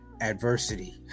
adversity